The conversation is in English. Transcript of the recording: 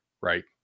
right